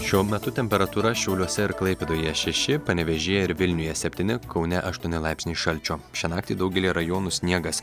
šiuo metu temperatūra šiauliuose ir klaipėdoje šeši panevėžyje ir vilniuje septyni kaune aštuoni laipsniai šalčio šią naktį daugelyje rajonų sniegas